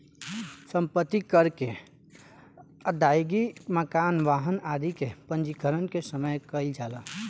सम्पत्ति कर के अदायगी मकान, वाहन आदि के पंजीकरण के समय कईल जाला